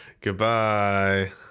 goodbye